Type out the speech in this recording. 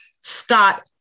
Scott